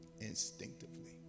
instinctively